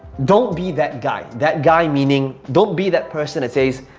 don't be that guy, that guy meaning don't be that person that says,